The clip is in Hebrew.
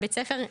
בבית-הספר,